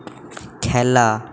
খেলা